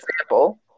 example